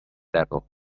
devil